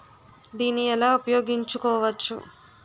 దీన్ని ఎలా ఉపయోగించు కోవచ్చు?